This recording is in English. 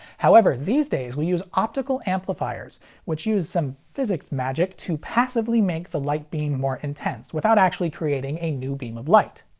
however, these days we use optical amplifiers which use some physics magic to passively make the light beam more intense without actually creating a new beam of light.